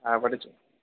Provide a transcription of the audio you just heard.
పట్టించుకోరు